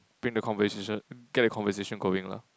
bring the conversation get the conversation going lah